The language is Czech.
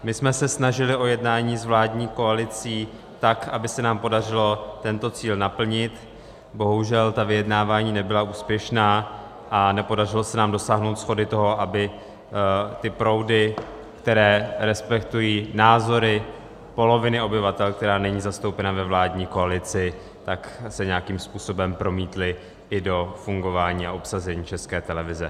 My jsme se snažili o jednání s vládní koalicí, tak aby se nám podařilo tento cíl naplnit, bohužel ta vyjednávání nebyla úspěšná a nepodařilo se nám dosáhnout shody v tom, aby ty proudy, které respektují názory poloviny obyvatel, která není zastoupena ve vládní koalici, se nějakým způsobem promítly i do fungování a obsazení České televize.